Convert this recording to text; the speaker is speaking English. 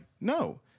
No